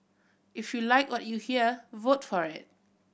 if you like what you hear vote for it